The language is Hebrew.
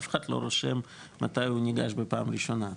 אף אחד לא רושם מתי הוא ניגש בפעם הראשונה,